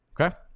Okay